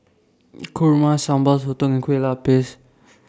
Kurma Sambal Sotong and Kueh Lupis